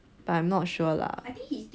but I'm not sure lah